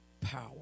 power